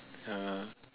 ya